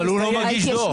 אבל הוא לא מגיש דוח.